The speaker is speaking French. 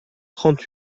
trente